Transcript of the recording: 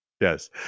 Yes